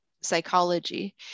psychology